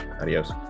Adios